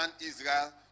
Israel